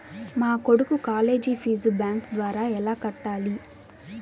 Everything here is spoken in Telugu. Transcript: మా కొడుకు కాలేజీ ఫీజు బ్యాంకు ద్వారా ఎలా కట్టాలి?